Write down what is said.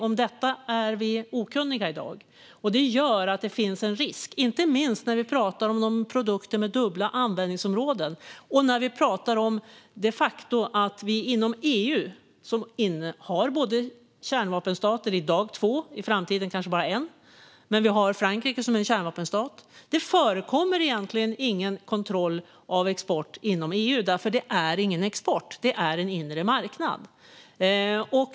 Om detta är vi okunniga i dag, och det gör att det finns en risk, inte minst när vi talar om produkter med dubbla användningsområden och det faktum att vi inom EU har kärnvapenstater - i dag två och i framtiden kanske bara en, men vi har Frankrike som är en kärnvapenstat. Det förekommer egentligen ingen kontroll av export inom EU, för det rör sig inte om export; det är en inre marknad.